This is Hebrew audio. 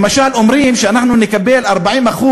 למשל, אומרים שאנחנו נקבל 40%